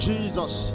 Jesus